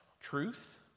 truth